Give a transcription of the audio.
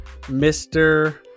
mr